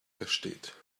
versteht